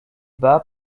bas